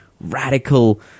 radical